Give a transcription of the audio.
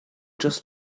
just